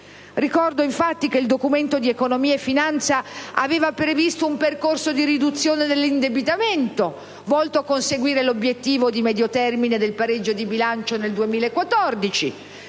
Ricordo, infatti, che il Documento di economia e finanza aveva previsto un percorso di riduzione dell'indebitamento, volto a conseguire l'obiettivo di medio termine del pareggio di bilancio nel 2014,